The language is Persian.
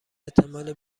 احتمال